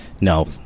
no